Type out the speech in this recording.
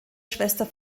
schwester